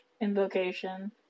Invocation